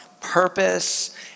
purpose